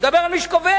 אני מדבר על מי שקובע,